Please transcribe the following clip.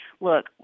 look